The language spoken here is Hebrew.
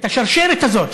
את השרשרת הזאת,